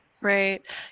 Right